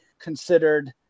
considered